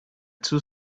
two